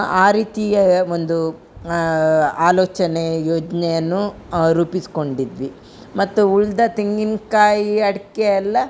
ಆ ರೀತಿಯ ಒಂದು ಆಲೋಚನೆ ಯೋಜನೆಯನ್ನು ರೂಪಿಸ್ಕೊಂಡಿದ್ವಿ ಮತ್ತು ಉಳಿದ ತೆಂಗಿನಕಾಯಿ ಅಡಿಕೆ ಎಲ್ಲ